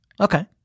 Okay